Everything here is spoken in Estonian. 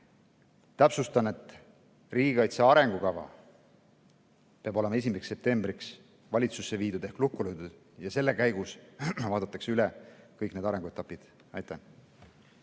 Täpsustan, et riigikaitse arengukava peab olema 1. septembriks valitsusse viidud ehk lukku löödud ja selle käigus vaadatakse üle kõik need arenguetapid. Aitäh!